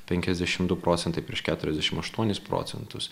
penkiasdešim du procentai prieš keturiasdešim aštuonis procentus